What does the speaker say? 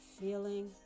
feeling